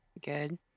Good